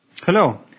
Hello